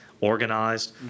organized